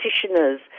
practitioners